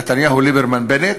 נתניהו-ליברמן-בנט.